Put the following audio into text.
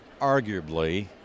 arguably